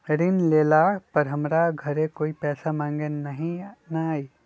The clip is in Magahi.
ऋण लेला पर हमरा घरे कोई पैसा मांगे नहीं न आई?